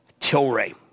Tilray